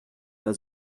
pas